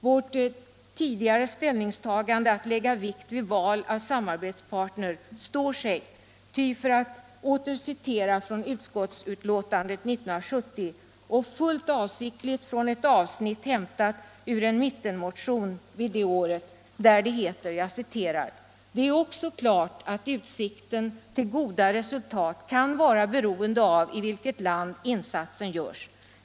Vårt tidigare ställningstagande att lägga vikt vid val av samarbetspartner står sig, ty — för att åter citera ur utskottsutlåtandet 1970, fullt avsiktligt från ett avsnitt hämtat ur en mittenmotion det året —- det ”är också klart att utsikten till goda resultat kan vara beroende av i vilket land insatsen görs.